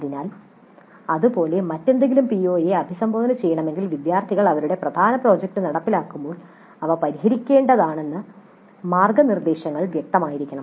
അതിനാൽ അതുപോലെ മറ്റേതെങ്കിലും പിഒയെ അഭിസംബോധന ചെയ്യണമെങ്കിൽ വിദ്യാർത്ഥികൾ അവരുടെ പ്രധാന പ്രോജക്റ്റ് നടപ്പിലാക്കുമ്പോൾ അവ പരിഹരിക്കേണ്ടതാണെന്ന് മാർഗ്ഗനിർദ്ദേശങ്ങൾ വ്യക്തമായിരിക്കണം